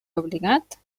obligat